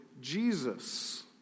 Jesus